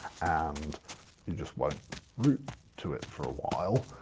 and you just won't route to it for a while,